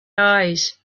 eyes